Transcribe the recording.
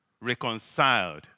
reconciled